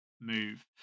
move